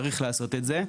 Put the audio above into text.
צריך לעשות את זה.